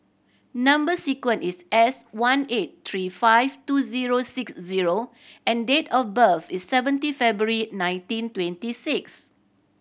number sequence is S one eight three five two zero six zero and date of birth is seventeen February nineteen twenty six